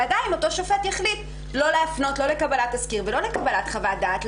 ועדיין אותו שופט יחליט לא להפנות לא לקבלת תסקיר ולא לקבלת חוות דעת,